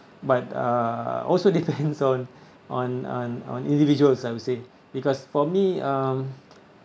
but uh also depends on on on on on individuals I would say because for me um